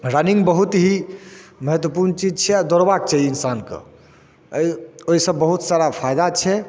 running बहुत ही महत्वपूर्ण चीज छिए आओर दौड़बाक चाही इन्सानके एहि ओहिसँ बहुत सारा फाइदा छै